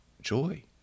joy